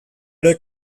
ere